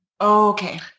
okay